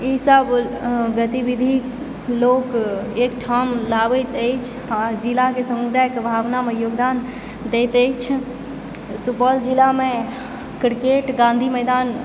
ईसभ गतिविधि लोक एकठाम लाबैत अछि आ जिलाके समुदायके भावनामे योगदान दैत अछि सुपौल जिलामे क्रिकेट गाँधी मैदान